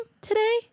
today